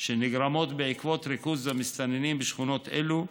שנגרמות בעקבות ריכוז המסתננים בשכונות אלו,